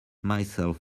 myself